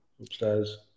upstairs